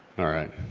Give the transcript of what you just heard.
alright,